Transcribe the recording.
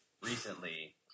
recently